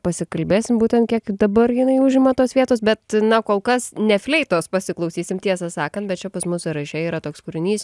pasikalbėsim būtent kiek dabar jinai užima tos vietos bet na kol kas ne fleitos pasiklausysim tiesą sakant bet čia pas mus sąraše yra toks kūrinys